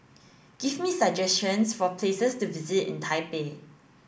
give me suggestions for places to visit in Taipei